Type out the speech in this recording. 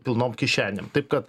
pilnom kišenėm taip kad